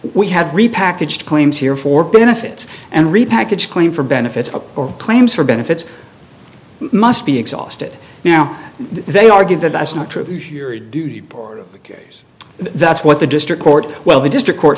we had repackaged claims here for benefits and repackaged claim for benefits or claims for benefits must be exhausted now they argue that that's not true or cares that's what the district court well the district court